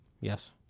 Yes